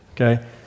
okay